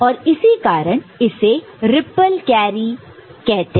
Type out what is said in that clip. और इसी कारण इसे रिप्पल कैरी कहते हैं